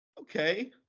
Okay